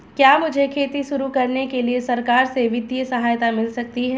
क्या मुझे खेती शुरू करने के लिए सरकार से वित्तीय सहायता मिल सकती है?